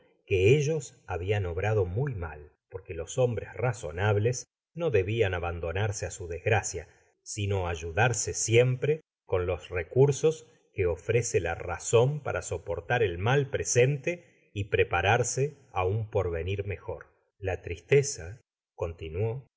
que ellos habian obrado muy mal porque los hombres razonables no debian abandonarse á su desgracia sino ayudarse siempre con los recursos que ofrece la razon para soportar el mal presente y prepararse á un porvenir mejor la tristeza cotinuó